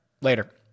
later